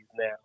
now